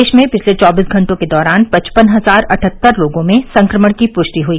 देश में पिछले चौबीस घंटों के दौरान पचपन हजार अठहत्तर लोगों में संक्रमण की पुष्टि हुई